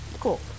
Cool